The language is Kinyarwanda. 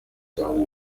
cyangwa